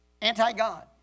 Anti-God